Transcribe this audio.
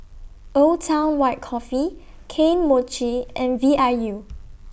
Old Town White Coffee Kane Mochi and V I U